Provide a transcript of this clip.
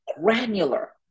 granular